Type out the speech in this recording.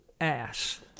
ass